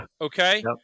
Okay